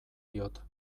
diot